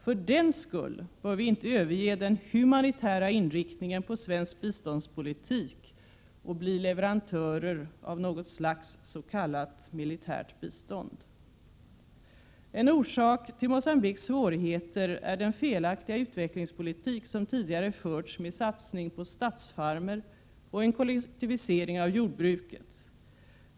För den skull bör vi inte överge den humanitära inriktningen på svensk biståndspolitik och bli leverantörer av något slags s.k. militärt bistånd. En orsak till Mogambiques svårigheter är den felaktiga utvecklingspolitik som tidigare förts med satsning på statsfarmer och en kollektivisering av jordbruket.